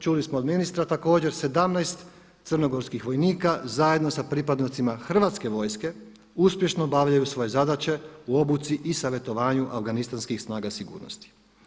Čuli smo od ministra također 17 crnogorskih vojnika zajedno sa pripadnicima hrvatske vojske uspješno obavljaju svoje zadaće u obuci i savjetovanju afganistanskih snaga sigurnosti.